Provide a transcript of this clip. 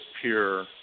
pure